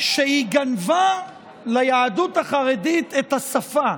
היא גנבה ליהדות החרדית את השפה.